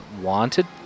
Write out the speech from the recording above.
wanted